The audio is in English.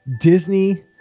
Disney